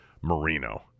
Marino